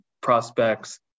prospects